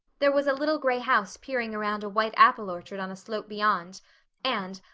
there was a little gray house peering around a white apple orchard on a slope beyond and,